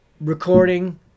recording